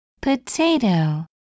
Potato